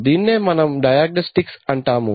దీన్నే మనం డయాగ్నస్టిక్స్ అంటాము